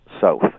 south